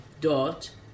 dot